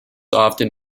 often